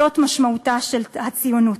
משמעותה של הציונות.